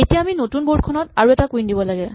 এতিয়া আমি নতুন বৰ্ড খনত আৰু এটা কুইন দিব লাগে